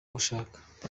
gushaka